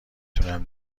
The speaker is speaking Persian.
تونم